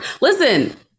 Listen